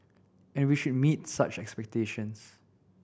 and we should meet such expectations